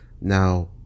Now